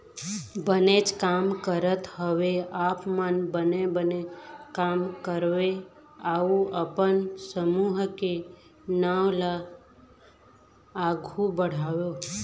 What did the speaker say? बनेच काम करत हँव आप मन बने बने काम करव अउ अपन समूह के नांव ल आघु बढ़ाव